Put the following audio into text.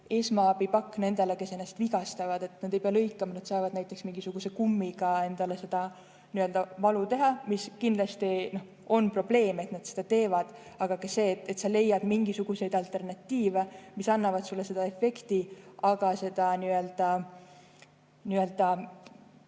esmaabipakk nendele, kes ennast vigastavad, et nad ei peaks ennast lõikama, vaid saavad näiteks mingisuguse kummiga endale seda valu teha. See kindlasti on probleem, et nad seda teevad, aga [aitab] ka see, kui sa leiad mingisuguseid alternatiive, mis annavad sulle seda efekti, nii et sul